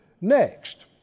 next